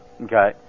Okay